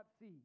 see